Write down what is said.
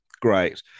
great